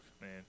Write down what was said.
Man